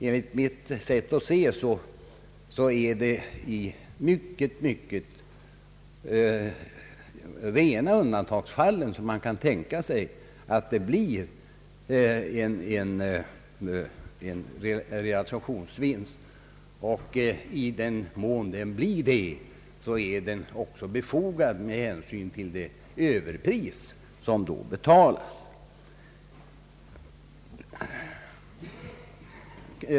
Enligt mitt sätt att se är det bara i rena undantagsfallen som man kan tänka sig att det blir en realisationsvinst, men i den mån det blir en sådan, så är realisationsvinstbeskattningen också befogad med hänsyn till det överpris som då betalas.